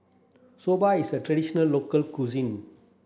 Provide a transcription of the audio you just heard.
Soba is a traditional local cuisine